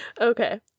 okay